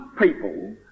people